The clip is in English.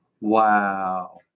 Wow